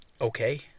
Okay